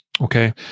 Okay